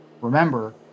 Remember